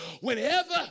Whenever